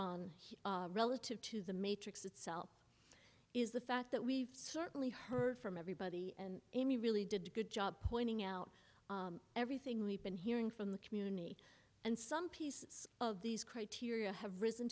here relative to the matrix itself is the fact that we've certainly heard from everybody and amy really did a good job pointing out everything we've been hearing from the community and some pieces of these criteria have risen